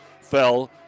fell